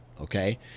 Okay